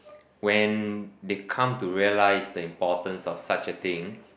when they come to realise the importance of such a thing